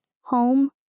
Home